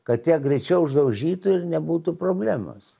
kad ją greičiau išdaužytų ir nebūtų problemos